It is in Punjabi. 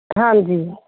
ਹਾਂਜੀ